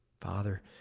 Father